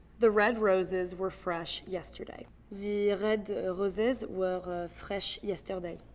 the red roses were fresh yesterday. the red roses were fresh yesterday.